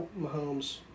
Mahomes